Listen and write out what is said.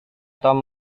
tom